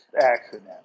accident